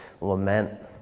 lament